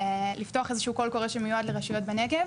לפתוח איזשהו קול קורא שמיועד לרשויות בנגב,